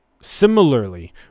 similarly